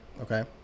Okay